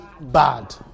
bad